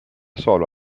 solo